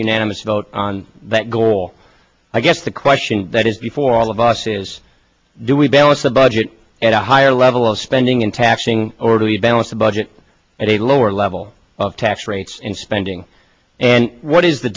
unanimous vote on that goal i guess the question that is before all of us is do we balance the budget at a higher level of spending and taxing or do you balance the budget at a lower level of tax rates and spending and what is the